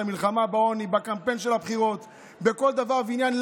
את המלחמה בעוני בקמפיין של הבחירות ובכל דבר ועניין.